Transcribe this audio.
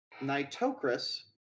Nitocris